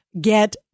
Get